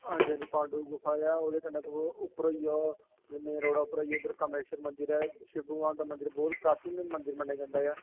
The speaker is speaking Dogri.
हंजी हंजी पाड़व गुफा ऐ ओह्दे कन्नै तुस उप्पर होई जाओ जिसलै मेन रोड उप्पर आई जाओ उत्थै कामेश्वर मंदर ऐ शिव भगवान दा मदिंर बड़ा प्राचीन मदंर मन्नेआ जंदा ऐ